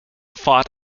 fought